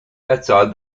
outside